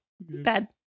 bad